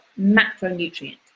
macronutrient